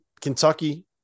Kentucky